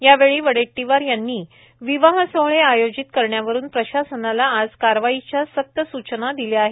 यावेळी वडेट्टीवार यांनी विवाहसोहळे आयोजित करण्यावरून प्रशासनाला आज कारवाईच्या सक्त सूचना दिल्या आहेत